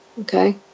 okay